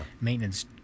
maintenance